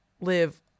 live